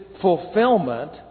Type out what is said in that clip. fulfillment